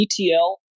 ETL